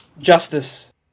Justice